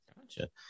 Gotcha